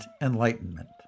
Enlightenment